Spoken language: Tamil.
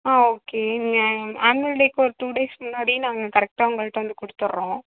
ஆ ஓகே நீங்கள் ஆன்வல் டேக்கு ஒரு டூ டேஸ் முன்னாடி நாங்கள் கரெட்டாக உங்கள்கிட்ட வந்து கொடுத்தட்றோம்